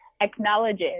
acknowledges